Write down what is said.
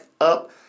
up